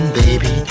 baby